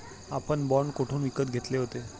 आपण बाँड कोठून विकत घेतले होते?